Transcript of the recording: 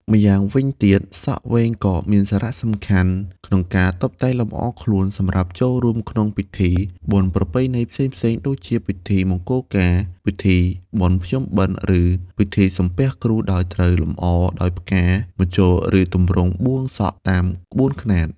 ម្យ៉ាងវិញទៀត សក់វែងក៏មានសារៈសំខាន់ក្នុងការ តុបតែងលម្អខ្លួន សម្រាប់ចូលរួមក្នុងពិធីបុណ្យប្រពៃណីផ្សេងៗ ដូចជា ពិធីមង្គលការ ពិធីបុណ្យភ្ជុំបិណ្ឌ ឬពិធីសំពះគ្រូ ដោយត្រូវលម្អដោយផ្កា ម្ជុល ឬទម្រង់បួងសក់តាមក្បួនខ្នាត។